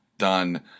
Done